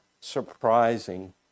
surprising